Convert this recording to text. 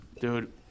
Dude